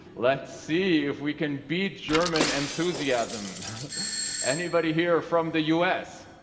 let's see if we can beat german enthusiasm anybody here from the u s?